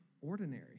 ordinary